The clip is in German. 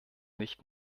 nicht